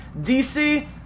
DC